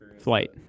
Flight